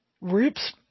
rips